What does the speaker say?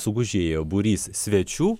sugužėjo būrys svečių